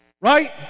Right